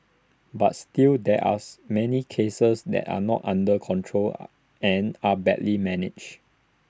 but still there us many cases that are not under control and are badly managed